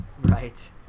right